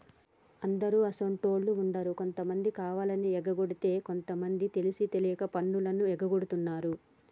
అందరు అసోంటోళ్ళు ఉండరు కొంతమంది కావాలని ఎగకొడితే కొంత మంది తెలిసి తెలవక పన్నులు ఎగగొడుతున్నారు